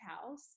house